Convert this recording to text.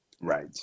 right